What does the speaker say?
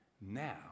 now